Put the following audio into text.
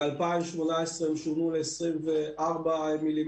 ב-2018 הם שונו ל-24 מילימטרים.